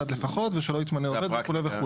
לפחות ושלא יתמנה עובד" וכו' וכו'.